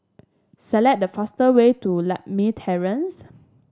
select the fastest way to Lakme Terrace